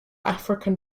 african